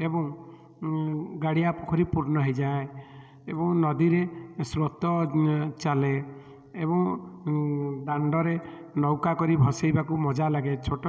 ଏବଂ ଗାଡ଼ିଆ ପୋଖରୀ ପୂର୍ଣ୍ଣ ହୋଇଯାଏ ଏବଂ ନଦୀରେ ସ୍ରୋତ ଚାଲେ ଏବଂ ଦାଣ୍ଡରେ ନୌକା କରି ଭସେଇବାକୁ ମଜା ଲାଗେ ଛୋଟ